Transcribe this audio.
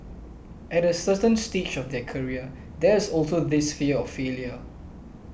at a certain stage of their career there is also this fear of failure